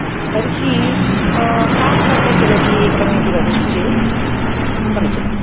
तर्हि का स्पर्धा चलति एकवारं यदि वदति चेत् समीचीनम्